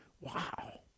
wow